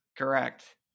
Correct